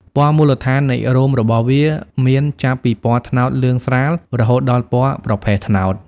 ពណ៌មូលដ្ឋាននៃរោមរបស់វាមានចាប់ពីពណ៌ត្នោតលឿងស្រាល រហូតដល់ពណ៌ប្រផេះត្នោត។